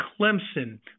Clemson